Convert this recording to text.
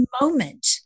moment